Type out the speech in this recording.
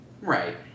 Right